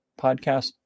podcast